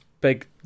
Big